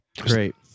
Great